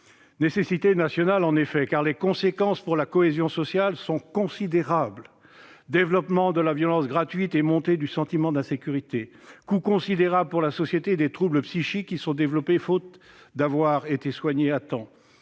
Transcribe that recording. nécessité nationale, car les conséquences de cette situation pour la cohésion sociale sont considérables : développement de la violence gratuite et montée du sentiment d'insécurité, coût considérable pour la société des troubles psychiques, qui se sont développés faute d'avoir été soignés à temps,